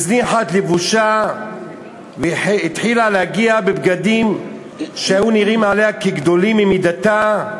הזניחה את לבושה והתחילה להגיע בבגדים שהיו נראים גדולים ממידתה.